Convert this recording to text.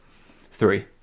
three